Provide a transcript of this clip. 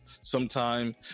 sometime